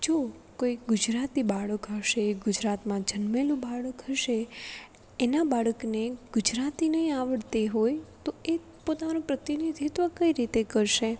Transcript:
જો કોઈ ગુજરાતી બાળક હશે ગુજરાતમાં જન્મેલું બાળક હશે એનાં બાળકને ગુજરાતી નહીં આવડતી હોય તો એ પોતાનું પ્રતિનિધિત્ત્વ કઈ રીતે કરશે